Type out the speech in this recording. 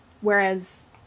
Whereas